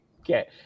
okay